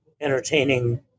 entertaining